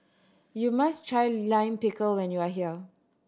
you must try Lime Pickle when you are here